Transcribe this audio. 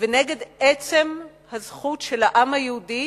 ונגד עצם הזכות של העם היהודי